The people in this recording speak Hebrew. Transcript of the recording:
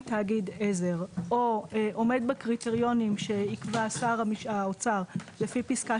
תאגיד עזר; או עומד בקריטריונים שיקבע שר האוצר לפי פסקה